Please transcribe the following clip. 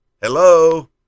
Hello